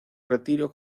retiro